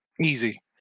easy